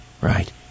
right